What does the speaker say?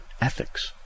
ethics